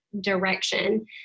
direction